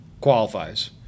qualifies